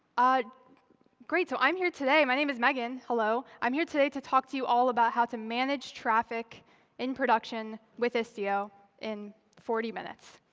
ah great, so i'm here today. my name is megan, hello. i'm here today to talk to you all about how to manage traffic in production with istio in forty minutes.